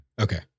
Okay